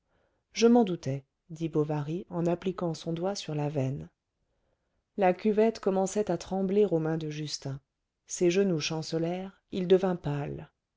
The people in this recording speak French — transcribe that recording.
je m'en doutais dit bovary en appliquant son doigt sur la veine la cuvette commençait à trembler aux mains de justin ses genoux chancelèrent il devint pâle